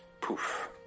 poof